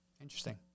Interesting